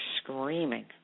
screaming